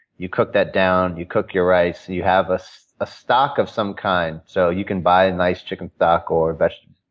you cook that down. you cook your rice. you have a ah stock of some kind, so you can buy a nice chicken stock or but